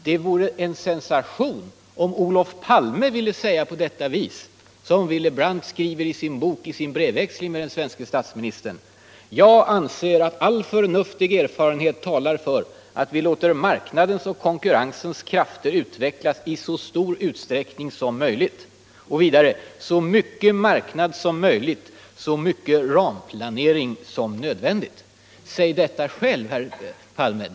Det vore däremot en sensation om Olof Palme ville säga för egen del det som Willy Brandt skriver i sin brevväxling med den svenske statsministern: ”Jag anser att all förnuftig erfarenhet talar ——— för att vi låter marknadens och konkurrensens krafter utvecklas i så stor utsträckning som möjligt”, och vidare: ”så mycket marknad som möjligt, så mycket ramplanering som nödvändigt”. Säg detta själv, herr Palme!